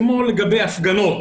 כמו לגבי הפגנות.